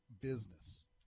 business